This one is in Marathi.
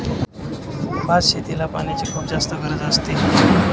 भात शेतीला पाण्याची खुप जास्त गरज असते